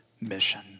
mission